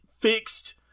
fixed